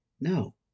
no